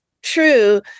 True